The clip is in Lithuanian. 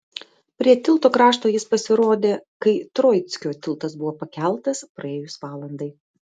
prie tilto krašto jis pasirodė kai troickio tiltas buvo pakeltas praėjus valandai